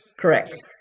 Correct